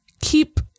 keep